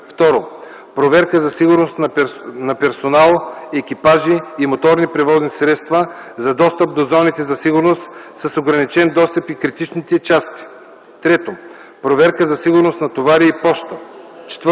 2. проверка за сигурност на персонал, екипажи и моторни превозни средства за достъп до зоните за сигурност с ограничен достъп и критичните части; 3. проверка за сигурност на товари и поща;